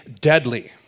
deadly